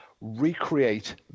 recreate